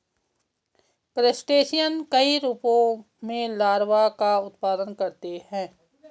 crustacean कई रूपों में लार्वा का उत्पादन करते हैं